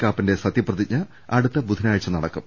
കാപ്പന്റെ സത്യപ്രതിജ്ഞ അടുത്ത ബുധനാഴ്ച നടക്കും